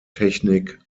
technik